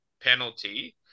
penalty